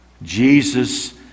Jesus